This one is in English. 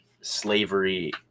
slavery